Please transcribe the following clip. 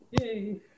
Yay